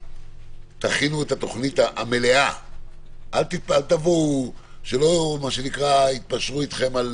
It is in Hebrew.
תכינו את התוכנית המלאה, שלא יתפשרו איתכם על